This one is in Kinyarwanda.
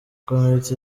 komite